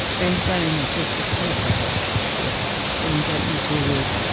bends down and takes a spirit level to it, saying gently to the wood,